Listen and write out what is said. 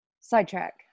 sidetrack